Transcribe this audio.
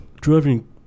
Driving